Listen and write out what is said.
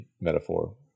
metaphor